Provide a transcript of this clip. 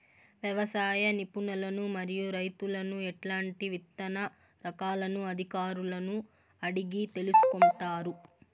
వ్యవసాయ నిపుణులను మరియు రైతులను ఎట్లాంటి విత్తన రకాలను అధికారులను అడిగి తెలుసుకొంటారు?